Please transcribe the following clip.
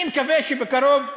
אני מקווה שבקרוב,